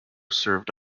served